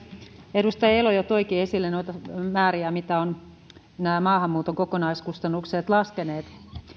edustaja elo jo toikin esille noita määriä mitä maahanmuuton kokonaiskustannukset ovat laskeneet